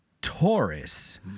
Taurus